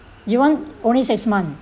you want only six month